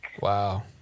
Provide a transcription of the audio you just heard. Wow